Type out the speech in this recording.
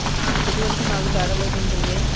RTC వాళ్ళకు మాకు తేడా లేదేంటండి